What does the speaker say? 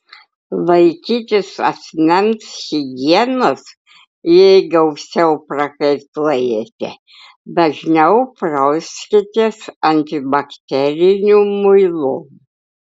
laikytis asmens higienos jei gausiau prakaituojate dažniau prauskitės antibakteriniu muilu